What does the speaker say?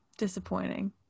disappointing